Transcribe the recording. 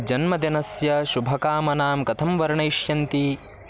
जन्मदिनस्य शुभकामनां कथं वर्णयिष्यन्ति